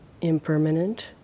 impermanent